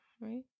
Right